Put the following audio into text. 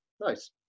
Nice